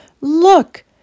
Look